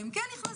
הם כן נכנסים.